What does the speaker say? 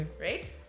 right